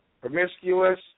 Promiscuous